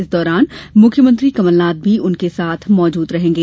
इस दौरान मुख्यमंत्री कमलनाथ भी उनके साथ मौजूद रहेंगे